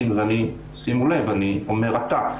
שימו לב, שאני אומר "אתה".